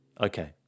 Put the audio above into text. Okay